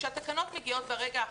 כאשר התקנו ת מגיעות ברגע האחרון,